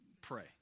pray